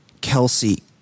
Kelsey